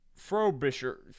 Frobisher